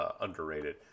underrated